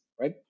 Right